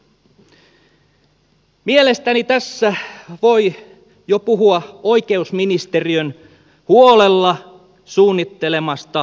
mielestäni tässä voi jo puhua oikeusministeriön huolella suunnittelemasta höynäytyksestä